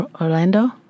Orlando